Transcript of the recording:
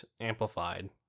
amplified